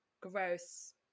gross